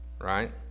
right